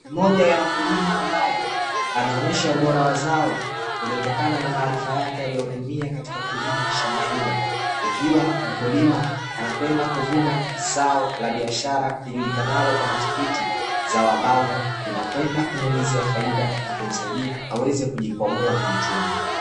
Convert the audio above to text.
Moja ya mkulima ambaye anaonyesha ubora wa zao uliotokana na maarifa yake aliyotumia katika kulima shamba hilo, ikiwa mkulima anakwenda kuvuna zao la biashara lijulikanalo kama tikiti. Zao ambalo linakwenda kumuingizia faida na kumsaidia aweze kujikwamua kiuchumi.